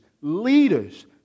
leaders